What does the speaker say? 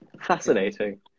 Fascinating